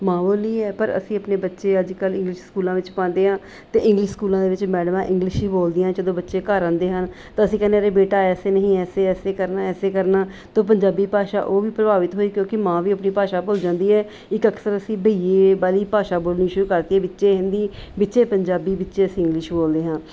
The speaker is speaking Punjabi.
ਮਾਂ ਬੋਲੀ ਹੈ ਪਰ ਅਸੀਂ ਆਪਣੇ ਬੱਚੇ ਅੱਜ ਕੱਲ੍ਹ ਇੰਗਲਿਸ਼ ਸਕੂਲਾਂ ਵਿੱਚ ਪਾਉਂਦੇ ਹਾਂ ਅਤੇ ਇੰਗਲਿਸ਼ ਸਕੂਲਾਂ ਦੇ ਵਿੱਚ ਮੈਡਮਾਂ ਇੰਗਲਿਸ਼ ਹੀ ਬੋਲਦੀਆਂ ਜਦੋਂ ਬੱਚੇ ਘਰ ਆਉਂਦੇ ਹਨ ਤਾਂ ਅਸੀਂ ਕਹਿੰਦੇ ਅਰੇ ਬੇਟਾ ਐਸੇ ਨਹੀਂ ਐਸੇ ਐਸੇ ਕਰਨਾ ਐਸੇ ਕਰਨਾ ਤੋਂ ਪੰਜਾਬੀ ਭਾਸ਼ਾ ਉਹ ਵੀ ਪ੍ਰਭਾਵਿਤ ਹੋਈ ਕਿਉਂਕਿ ਮਾਂ ਵੀ ਆਪਣੀ ਭਾਸ਼ਾ ਭੁੱਲ ਜਾਂਦੀ ਹੈ ਇੱਕ ਅਕਸਰ ਅਸੀਂ ਬਈਏ ਵਾਲੀ ਭਾਸ਼ਾ ਬੋਲਣੀ ਸ਼ੁਰੂ ਕਰਤੀ ਵਿੱਚੇ ਹਿੰਦੀ ਵਿੱਚੇ ਪੰਜਾਬੀ ਵਿੱਚੇ ਅਸੀਂ ਇੰਗਲਿਸ਼ ਬੋਲਦੇ ਹਾਂ